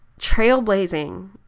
trailblazing